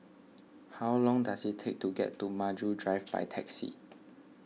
how long does it take to get to Maju Drive by taxi